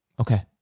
Okay